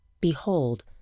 Behold